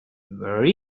where